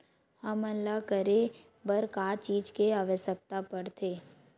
हमन ला करे बर का चीज के आवश्कता परथे?